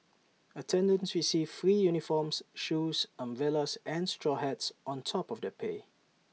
attendants received free uniforms shoes umbrellas and straw hats on top of their pay